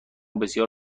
بسیار